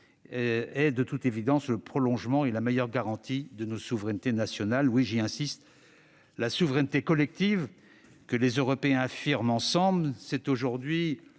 est de toute évidence le prolongement et la meilleure garantie de nos souverainetés nationales. Oui, j'y insiste : la souveraineté collective que les Européens affirment ensemble, c'est aujourd'hui